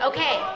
Okay